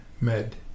med